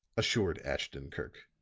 assured ashton-kirk.